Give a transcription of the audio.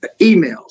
emails